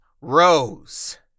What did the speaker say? Rose